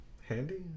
handy